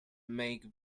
make